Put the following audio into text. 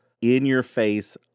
in-your-face